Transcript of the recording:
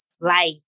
life